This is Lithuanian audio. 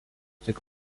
tik